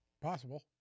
Possible